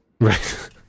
right